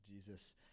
Jesus